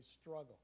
struggle